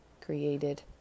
created